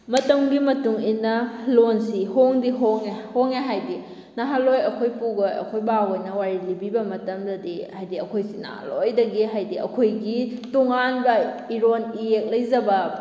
ꯃꯇꯝꯒꯤ ꯃꯇꯨꯡ ꯏꯟꯅ ꯂꯣꯟꯁꯤ ꯍꯣꯡꯗꯤ ꯍꯣꯡꯉꯦ ꯍꯣꯡꯉꯦ ꯍꯥꯏꯗꯤ ꯅꯍꯥꯜꯋꯥꯏ ꯑꯩꯈꯣꯏ ꯄꯨꯈꯣꯏ ꯑꯩꯈꯣꯏ ꯕꯥꯍꯣꯏꯅ ꯋꯥꯔꯤ ꯂꯤꯕꯤꯕ ꯃꯇꯝꯗꯗꯤ ꯍꯥꯏꯗꯤ ꯑꯩꯈꯣꯏꯁꯤ ꯅꯍꯥꯜꯋꯥꯏꯗꯒꯤ ꯍꯥꯏꯗꯤ ꯑꯩꯈꯣꯏꯒꯤ ꯇꯣꯉꯥꯟꯕ ꯏꯔꯣꯟ ꯏꯌꯦꯛ ꯂꯩꯖꯕ